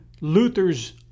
Luther's